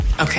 Okay